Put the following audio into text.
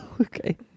Okay